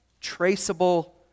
traceable